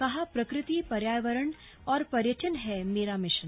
कहा प्रकृति पर्यावरण और पर्यटन हैं मेरा मिशन